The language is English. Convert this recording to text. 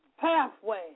pathway